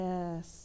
Yes